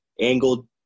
angled